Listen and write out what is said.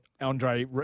Andre